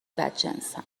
بدجنسم